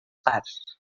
parts